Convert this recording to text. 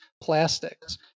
plastics